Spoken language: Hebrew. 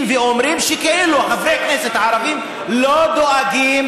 ואומרים שכאילו חברי כנסת הערבים לא דואגים